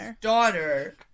daughter